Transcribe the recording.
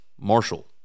Marshall